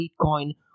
Bitcoin